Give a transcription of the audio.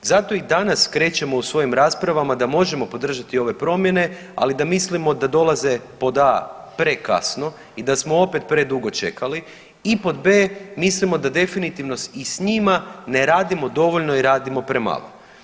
Zato i danas krećemo u svojim raspravama da možemo podržati ove promjene, ali da mislimo da dolaze pod a) prekasno i da smo opet predugo čekali i pod b) mislimo da definitivno i s njima ne radimo dovoljno i radimo premalo.